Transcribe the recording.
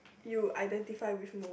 you identify with most